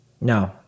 No